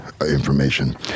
information